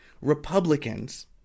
republicans